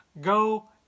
go